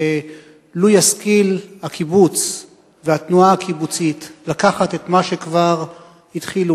לו ישכילו הקיבוץ והתנועה הקיבוצית לקחת את מה שכבר התחילו,